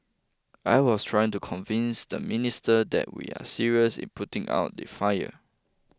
I was trying to convince the minister that we are serious in putting out the fire